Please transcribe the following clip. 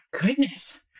goodness